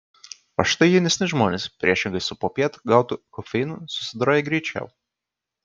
o štai jaunesni žmonės priešingai su popiet gautu kofeinu susidoroja greičiau